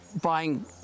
buying